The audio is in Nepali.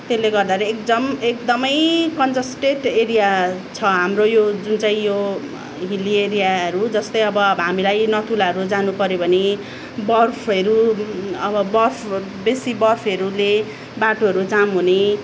त्यसले गर्दाखेरि एकजम एकदमै कन्जस्टेट एरिया छ हाम्रो यो जुन चाहिँ यो हिल्ली एरियाहरू जस्तै अब हामीलाई नथुलाहरू जानु पऱ्यो भने बर्फहरू अब बर्फ बेसी बर्फहरूले बाटोहरू जाम हुने